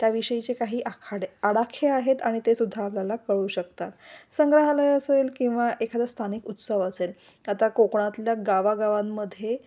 त्याविषयीचे काही आखाडे आडाखे आहेत आणि ते सुद्धा आपल्याला कळू शकतात संग्रहालय असेल किंवा एखादं स्थानिक उत्सव असेल आता कोकणातल्या गावागावांमध्ये